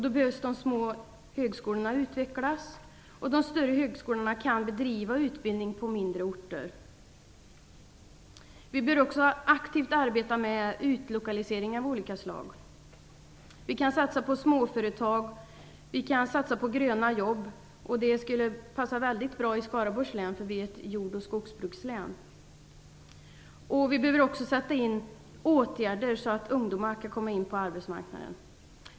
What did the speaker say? Då behöver de små högskolorna utvecklas, och de större högskolorna kan bedriva utbildning på mindre orter. Vi bör också aktivt arbeta med utlokalisering av olika slag. Vi kan satsa på småföretag, och vi kan satsa på s.k. gröna jobb, vilket skulle passa väldigt bra i Skaraborgs län, eftersom vi är ett jord och skogsbrukslän. Vi behöver också sätta in åtgärder så att ungdomar kan komma in på arbetsmarknaden.